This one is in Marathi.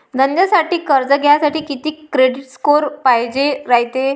धंद्यासाठी कर्ज घ्यासाठी कितीक क्रेडिट स्कोर पायजेन रायते?